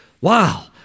wow